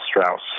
Strauss